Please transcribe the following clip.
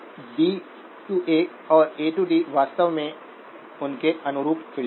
D as D As और A Ds A Ds वास्तव में उनके अनुरूप फिल्टर हैं